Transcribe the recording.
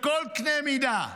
בכל קנה מידה,